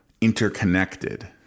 interconnected